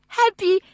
happy